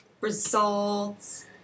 results